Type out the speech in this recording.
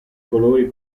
colori